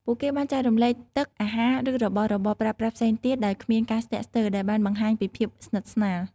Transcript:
ពួកគេបានចែករំលែកទឹក អាហារ ឬរបស់របរប្រើប្រាស់ផ្សេងទៀតដោយគ្មានការស្ទាក់ស្ទើរ ដែលបានបង្ហាញពីភាពស្និទ្ធស្នាល។